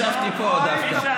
ישבתי פה דווקא.